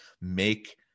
make